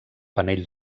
panell